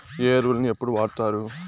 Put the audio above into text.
ఏ ఎరువులని ఎప్పుడు వాడుతారు?